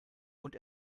und